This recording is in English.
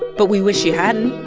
but we wish you hadn't